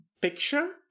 picture